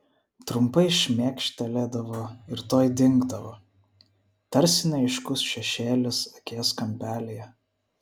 trumpai šmėkštelėdavo ir tuoj dingdavo tarsi neaiškus šešėlis akies kampelyje